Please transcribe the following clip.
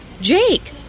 Jake